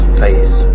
face